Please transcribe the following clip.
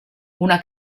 una